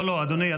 לא לא, אדוני.